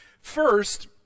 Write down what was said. First